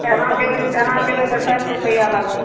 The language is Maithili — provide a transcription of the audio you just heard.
एना जएबै एना जएबै तऽ साठि रुपैआ लागत